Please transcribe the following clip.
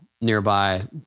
nearby